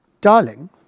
Darling